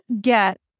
get